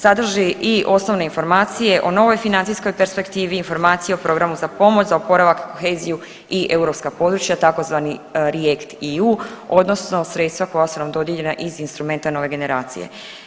Sadrži i osnovne informacije o novoj financijskoj perspektivi, informacije o programu za pomoć, za oporavak, koheziju i europska područja tzv. REACT-EU odnosno sredstva koja su nam dodijeljena iz instrumenta nove generacije.